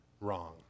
wrong